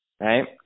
right